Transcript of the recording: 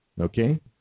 Okay